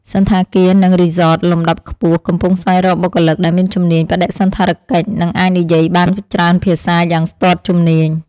សណ្ឋាគារនិងរីសតលំដាប់ខ្ពស់កំពុងស្វែងរកបុគ្គលិក ដែលមានជំនាញបដិសណ្ឋារកិច្ចនិងអាចនិយាយបានច្រើនភាសាយ៉ាងស្ទាត់ជំនាញ។